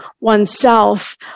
oneself